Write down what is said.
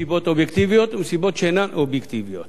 מסיבות אובייקטיביות ומסיבות שאינן אובייקטיביות.